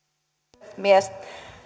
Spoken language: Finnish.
arvoisa rouva puhemies